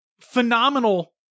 Phenomenal